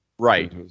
Right